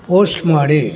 post ಮಾಡಿ